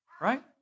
Right